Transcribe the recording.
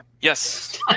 Yes